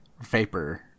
vapor